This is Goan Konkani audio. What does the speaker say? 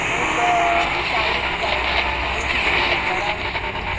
एक चाळीस बायलां हें चाळीस न्ही शंबरा वयर तरी